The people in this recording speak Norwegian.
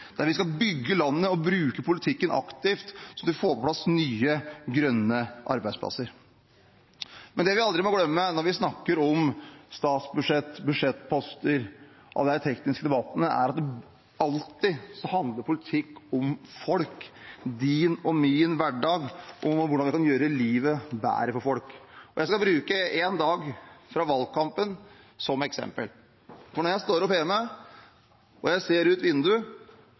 der vi skal bygge landet og bruke politikken aktivt så man får på plass nye grønne arbeidsplasser. Det vi aldri må glemme når vi snakker om statsbudsjett og budsjettposter – alle de tekniske debattene – er at politikk alltid handler om folk, din og min hverdag og om hvordan vi kan gjøre livet bedre for folk. Jeg skal bruke en dag fra valgkampen som eksempel. Når jeg står opp hjemme og ser ut vinduet, er det første jeg ser,